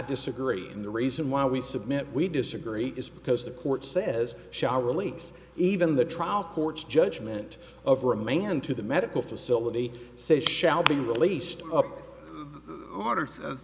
disagree and the reason why we submit we disagree is because the court says shall release even the trial court's judgment over a man to the medical facility say shall be released the orders of